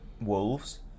Wolves